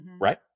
right